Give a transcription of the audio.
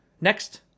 Next